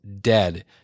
dead